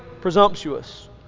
presumptuous